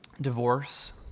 Divorce